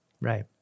Right